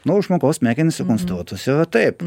nu žmogaus smegenys sukonstruotos yra taip